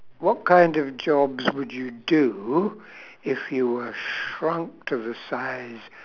what kind of jobs would you do if you were shrunk to the size